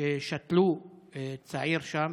ששתלו שם